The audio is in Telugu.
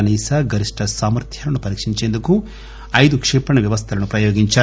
కనీస గరిష్ట సామర్థ్యాలను పరీక్షించేందుకు ఐదు క్షిపణి వ్యవస్థలను ప్రయోగించారు